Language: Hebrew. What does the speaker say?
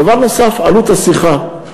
דבר נוסף, עלות השיחה.